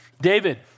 David